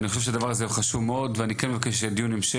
אני חושב שהדיון הזה הוא דיון חשוב ואני מבקש שיהיה דיון המשך.